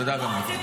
תודה רבה.